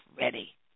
ready